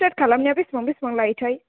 straight खालामनाया बेसेबां बेसेबां लायो थाय